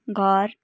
घर